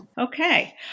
Okay